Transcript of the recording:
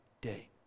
day